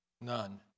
none